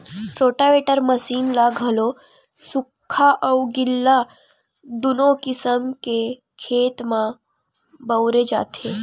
rotavator machine ल घलो सुख्खा अउ गिल्ला दूनो किसम के खेत म बउरे जाथे